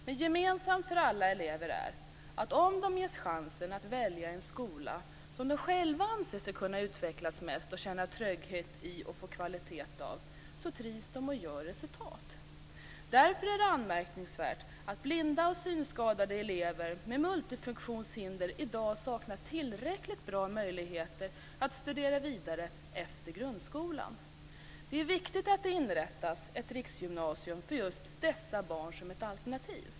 Men gemensamt för alla elever är att de, om de ges chansen att välja en skola där de själva anser sig kunna utvecklas mest, känna trygghet och få kvalitet, trivs och gör resultat. Därför är det anmärkningsvärt att blinda och synskadade elever med multifunktionshinder i dag saknar tillräckligt bra möjligheter att studera vidare efter grundskolan. Det är viktigt att det som ett alternativ inrättas ett riksgymnasium för just dessa barn.